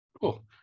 Cool